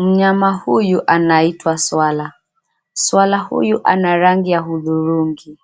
Mnyama huyu anaitwa swara , swara huyu ana rangi ya hudhurungi .